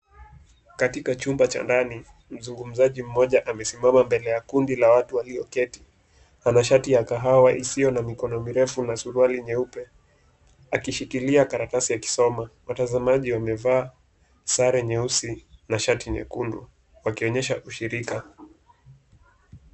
Katika chumba cha ndani mzungumzaji mmoja amesimama mbele ya kundi la watu walioketi. Ana shati ya kahawa isiyo na mikono mirefu na suruali nyeupe akishikilia karatasi akisoma. Watazamaji wamevaa sare nyeusi na shati nyekundu wakionyesha ushirika.